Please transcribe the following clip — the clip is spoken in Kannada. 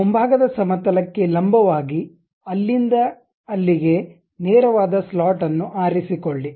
ಮುಂಭಾಗದ ಸಮತಲಕ್ಕೆ ಲಂಬವಾಗಿ ಇಲ್ಲಿಂದ ಅಲ್ಲಿಗೆ ನೇರವಾದ ಸ್ಲಾಟ್ ಅನ್ನು ಆರಿಸಿಕೊಳ್ಳಿ